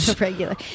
Regular